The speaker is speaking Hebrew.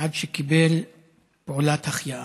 עד שקיבל פעולת החייאה.